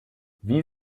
wie